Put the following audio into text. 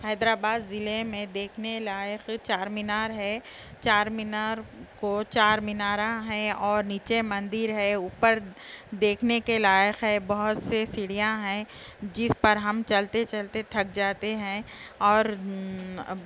حیدر آباد ضلعے میں دیکھنے لائق چار مینار ہے چار مینار کو چار میناراں ہیں اور نیچے مندر ہے اوپر دیکھنے کے لائق ہے بہت سے سیڑھیاں ہیں جس پر ہم چلتے چلتے تھک جاتے ہیں اور